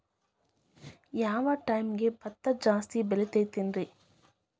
ಯಾವ ಟೈಮ್ಗೆ ಭತ್ತ ಜಾಸ್ತಿ ಬೆಳಿತೈತ್ರೇ?